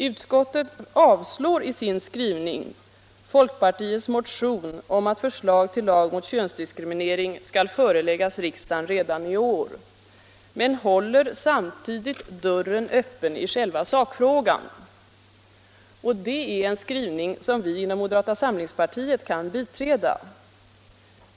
Utskottet avstyrker i sin skrivning folkpartiets motion om att förslag till lag mot könsdiskriminering skall föreläggas riksdagen redan i år men håller samtidigt dörren öppen i själva sakfrågan. Det är en skrivning som vi inom moderata samlingspartiet kan biträda.